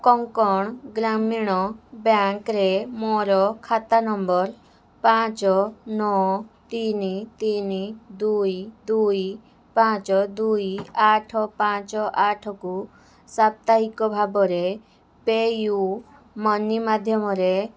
କୋଙ୍କଣ ଗ୍ରାମୀଣ ବ୍ୟାଙ୍କ୍ରେ ମୋର ଖାତା ନମ୍ବର ପାଞ୍ଚ ନଅ ତିନି ତିନି ଦୁଇ ଦୁଇ ପାଞ୍ଚ ଦୁଇ ଆଠ ପାଞ୍ଚ ଆଠକୁ ସାପ୍ତାହିକ ଭାବରେ ପେୟୁ ମନି ମାଧ୍ୟମରେ